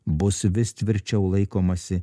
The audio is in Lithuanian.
bus vis tvirčiau laikomasi